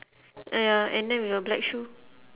ah ya and then with a black shoe